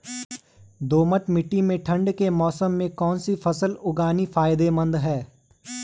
दोमट्ट मिट्टी में ठंड के मौसम में कौन सी फसल उगानी फायदेमंद है?